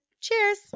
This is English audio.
Cheers